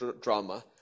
drama